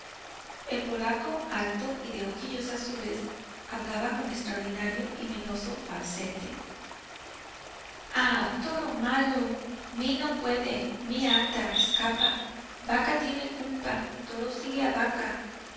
el polaco alto y de ojillos azules hablaba con extraordinario y meloso falsete ah toro malo mí no puede mí ata escapa vaca tiene culpa toro sigue vaca